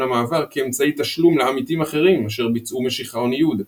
המעבר" כאמצעי תשלום לעמיתים אחרים אשר ביצעו משיכה או ניוד,